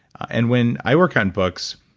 and when i work on books,